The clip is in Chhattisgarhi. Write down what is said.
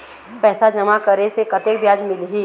पैसा जमा करे से कतेक ब्याज मिलही?